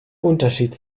unterschied